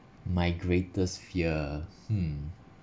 my greatest fear hmm